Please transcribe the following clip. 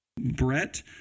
Brett